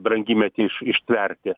brangymetį ištverti